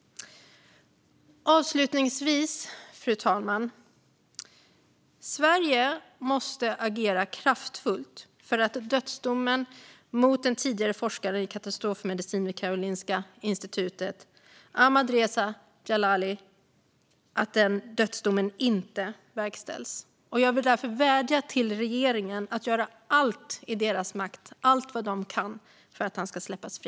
Avslutningsvis, fru talman: Sverige måste agera kraftfullt för att dödsdomen mot den tidigare forskaren i katastrofmedicin vid Karolinska institutet, Ahmadreza Djalali, inte verkställs. Jag vill därför vädja till regeringen att den ska göra allt i sin makt, allt vad den kan, för att han ska släppas fri.